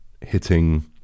hitting